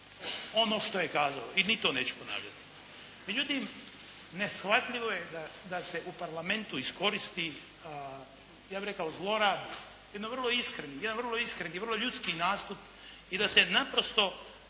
ono što je kazao i niti to neću ponavljati. Međutim, neshvatljivo je da se u Parlamentu iskoristi, ja bih rekao zlorabi, jedan vrlo iskreni, jedan vrlo iskreni i vrlo ljudski nastup i da se naprosto